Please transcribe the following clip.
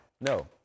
No